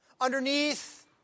underneath